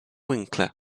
winkler